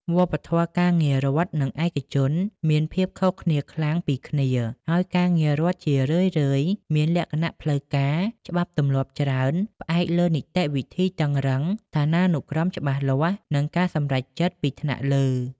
វប្បធម៌ការងាររដ្ឋ និងឯកជនមានភាពខុសគ្នាខ្លាំងពីគ្នា ហើយការងាររដ្ឋជារឿយៗមានលក្ខណៈផ្លូវការ ច្បាប់ទម្លាប់ច្រើន ផ្អែកលើនីតិវិធីតឹងរ៉ឹង ឋានានុក្រមច្បាស់លាស់ និងការសម្រេចចិត្តពីថ្នាក់លើ ។